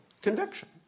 conviction